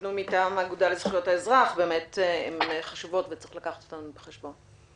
שנתנו מטעם האגודה לזכויות האזרח הן חשובות וצריך לקחת אותן בחשבון.